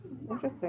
Interesting